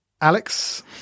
Alex